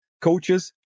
coaches